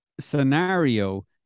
scenario